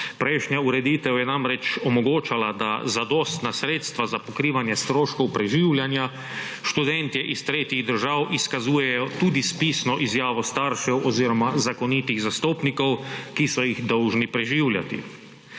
Prejšnja ureditev je namreč omogočala, da zadostna sredstva za pokrivanje stroškov preživljanja študentje iz tretjih držav izkazujejo tudi s pisno izjavo staršev oziroma zakonitih zastopnikov, ki so jih dolžni preživljati.